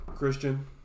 Christian